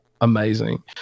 amazing